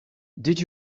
did